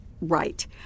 right